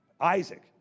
Isaac